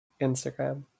Instagram